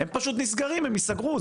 הם פשוט נסגרים, הם ייסגרו.